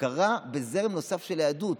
הכרה בזרם נוסף של יהדות,